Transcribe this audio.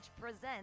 presents